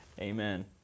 Amen